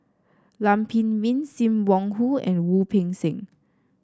Lam Pin Min Sim Wong Hoo and Wu Peng Seng